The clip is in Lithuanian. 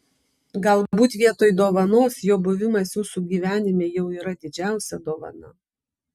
galbūt vietoj dovanos jo buvimas jūsų gyvenime jau yra didžiausia dovana